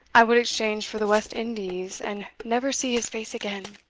i would exchange for the west indies, and never see his face again.